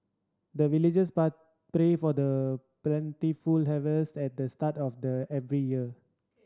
the villagers but pray for the plentiful harvest at the start of the every year